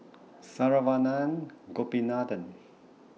Saravanan Gopinathan